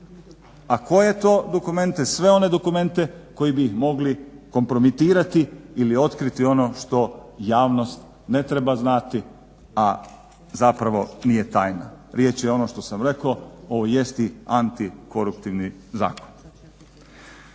A koje to dokumente? Sve one dokumente koji bi mogli kompromitirati ili otkriti ono što javnost ne treba znati a zapravo nije tajna. Riječ je ono što sam rekao ovo jest i antikoruptivni zakon.